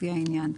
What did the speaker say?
לפי העניין.